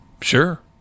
Sure